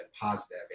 positive